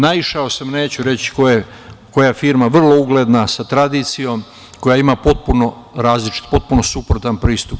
Naišao sam, neću reći u kojoj firmi je reč, vrlo ugledna, sa tradicijom koja ima potpuno različit, potpuno suprotan pristup.